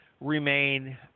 remain